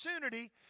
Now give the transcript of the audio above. opportunity